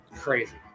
Crazy